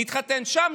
נתחתן שם,